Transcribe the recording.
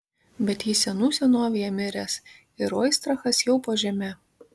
bet jis senų senovėje miręs ir oistrachas jau po žeme